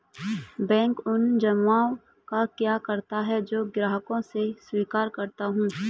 Bank उन जमाव का क्या करता है जो मैं ग्राहकों से स्वीकार करता हूँ?